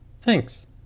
Thanks